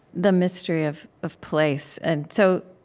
the mystery of of place. and so,